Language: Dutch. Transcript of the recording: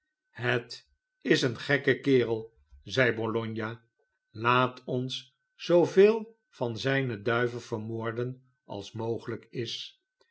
het is een gekke kerel zeide bologna laat ons zoo veel van zijne duiven vermoorden als mogelijk is